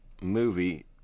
movie